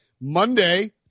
Monday